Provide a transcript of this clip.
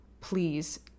Please